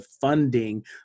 funding